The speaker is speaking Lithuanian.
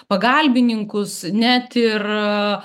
pagalbininkus net ir